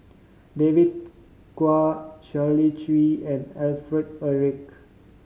David Kwo Shirley Chew and Alfred Eric